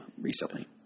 recently